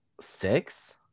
six